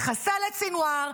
מחסל את סנוואר.